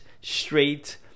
straight